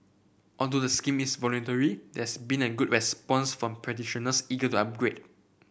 although the scheme is voluntary there has been a good response from practitioners eager to upgrade